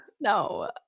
No